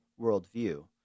worldview